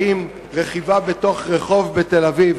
האם רכיבה בתוך רחוב בתל-אביב,